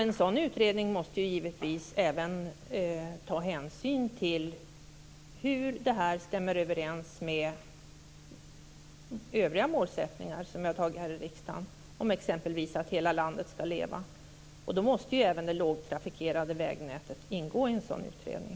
En sådan utredningen måste ju givetvis även ta hänsyn till hur detta stämmer överens med övriga målsättningar som vi har beslutat om här i riksdagen, t.ex. att hela landet skall leva. Då måste ju även det lågtrafikerade vägnätet ingå i en sådan utredning.